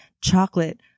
chocolate